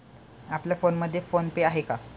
आपल्या फोनमध्ये PhonePe आहे का?